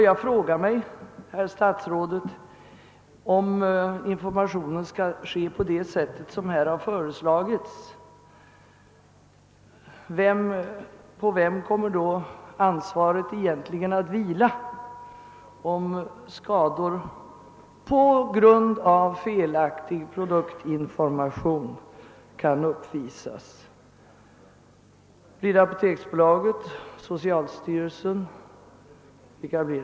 Jag frågar mig, herr statsråd: Om informationen skall vara utformad på det sätt som nu har föreslagits, på vem kommer i så fall egentligen ansvaret att vila, i fall skador på grund av felaktig produktinformation kan uppvisas? Blir det apoteksbolaget, socialstyrelsen eller någon annan instans?